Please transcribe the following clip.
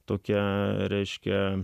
tokia reiškia